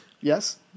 yes